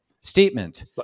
Statement